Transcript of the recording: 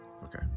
Okay